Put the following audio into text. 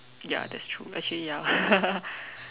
ya that's true actually ya